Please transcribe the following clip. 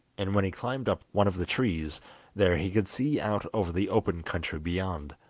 and when he climbed up one of the trees there he could see out over the open country beyond.